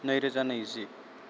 नैरोजा नैजि